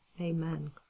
Amen